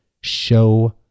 show